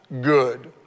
good